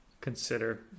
consider